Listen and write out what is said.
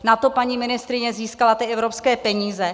Na to paní ministryně získala ty evropské peníze.